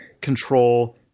control